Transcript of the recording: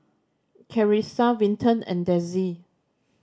Charissa Vinton and Dezzie